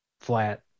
flat